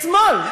אתמול,